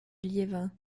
liévin